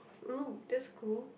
oo that's cool